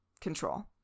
control